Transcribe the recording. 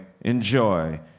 Enjoy